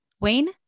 Wayne